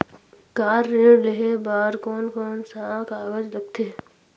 Car ऋण लेहे बार कोन कोन सा कागज़ लगथे?